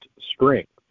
strength